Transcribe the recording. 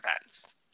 events